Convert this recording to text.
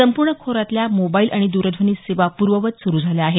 संपूर्ण खोऱ्यातल्या मोबाईल आणि द्रध्वनी सेवा पूर्ववत सुरु झाल्या आहेत